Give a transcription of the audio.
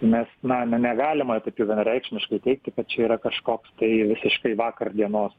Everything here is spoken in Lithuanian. nes na ne negalima taip jau vienareikšmiškai teigti kad čia yra kažkoks tai visiškai vakar dienos